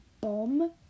bomb